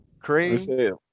cream